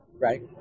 Right